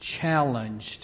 challenged